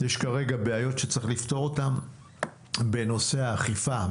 יש כרגע בעיות שצריך לפתור בנושא האכיפה,